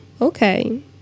okay